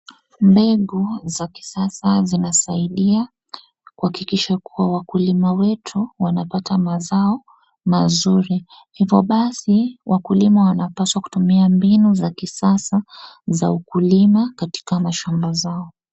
Mbengu za kisasa zinasaidia kuhakikisha kuwa wakulima wetu wanapata mazao mazuri. Hivyo basi wakulima wanapaswa kutumia mbinu za kisasa za ukulima katika mashamba zao.